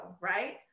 right